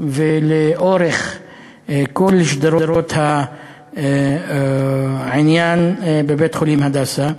ולאורך כל שדרות העניין בבית-חולים "הדסה".